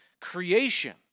creation